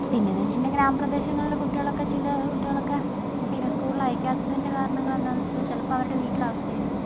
പിന്നെ എന്ന് വെച്ചിട്ടുണ്ടെങ്കിൽ ഗ്രാമ പ്രദേശങ്ങളിലെ കുട്ടികളൊക്കെ ചില കുട്ടികളൊക്കെ പിന്നെ സ്കൂളിൽ അയയ്ക്കാത്തതിൻ്റെ കാരണങ്ങൾ എന്താണെന്ന് വെച്ചിട്ടുണ്ടെങ്കിൽ ചിലപ്പം അവരുടെ വീട്ടിലെ അവസ്ഥയായിരിക്കും